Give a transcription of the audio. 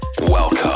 Welcome